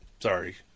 sorry